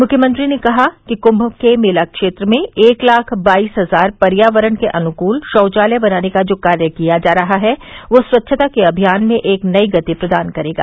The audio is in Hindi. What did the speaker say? मुख्यमंत्री ने कहा कि कुंभ के मेला क्षेत्र में एक लाख बाईस हजार पर्यावरण के अनुकूल शौचालय बनाने का जो कार्य किया जा रहा है वह स्वच्छता के अभियान में एक नई गति प्रदान करेगा